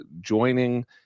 joining